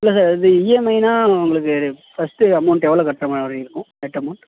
இல்லை சார் இது இஎம்ஐன்னால் உங்களுக்கு ஃபஸ்ட்டு அமௌன்ட் எவ்வளோ கட்டுற மாதிரி இருக்கும் நெட் அமௌன்ட்